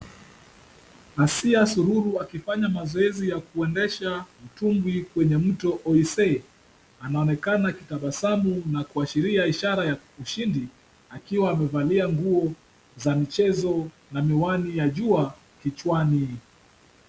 Asiya Sururu akifanya mazoezi ya kuendesha mtumbwi kwenye mto Oise, anaonekana akitabasamu na kuashiria ishara ya ushindi, akiwa amevalia nguo za michezo na miwani ya jua kichwani.